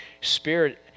Spirit